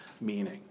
meaning